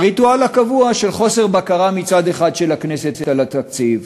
הריטואל הקבוע של חוסר בקרה מצד אחד של הכנסת על התקציב,